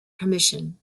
commission